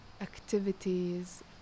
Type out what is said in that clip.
activities